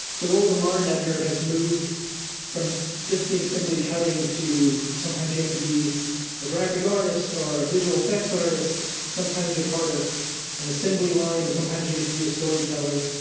the role of the modern editor has moved from just being simply cutting to sometimes you have to be a graphic artist or a visual effects artist. sometimes you're part of an assembly line and sometimes you get to be a storyteller.